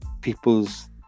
people's